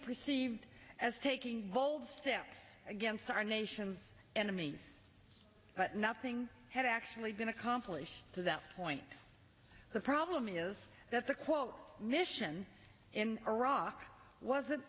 perceived as taking bold steps against our nation's enemies but nothing had actually been accomplished to that point the problem is that the quote mission in iraq wasn't